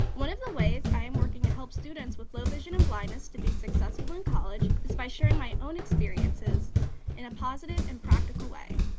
one of the ways i am working to help students with low vision and blindness to be successful in college is by sharing my own experiences in a positive and practical way.